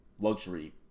luxury